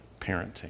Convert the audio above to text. parenting